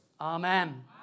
Amen